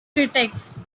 critics